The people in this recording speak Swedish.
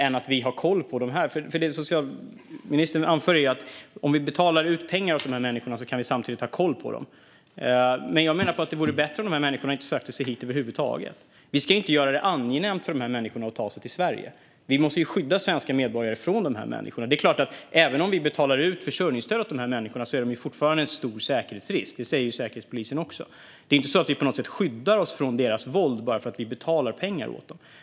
Socialministern anför här att om vi betalar ut pengar till dessa människor kan vi samtidigt ha koll på dem. Men jag menar att det vore bättre om dessa människor inte sökte sig hit över huvud taget. Vi ska inte göra det angenämt för dessa människor att ta sig till Sverige. Vi måste skydda svenska medborgare från dessa människor. Även om vi betalar ut försörjningsstöd till dessa människor är det klart att de fortfarande är en stor säkerhetsrisk. Det säger Säkerhetspolisen också. Det är inte så att vi på något sätt skyddar oss från deras våld bara för att vi betalar ut pengar till dem.